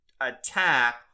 attack